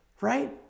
right